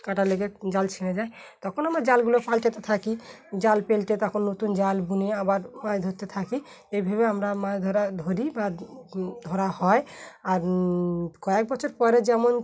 কাঁটা লেগে জাল ছিড়ে যায় তখন আমরা জালগুলো পাল্টাতে থাকি জাল পাল্টে তখন নতুন জাল বুনে আবার মাছ ধরতে থাকি এইভাবে আমরা মাছ ধরা ধরি বা ধরা হয় আর কয়েক বছর পরে যেমন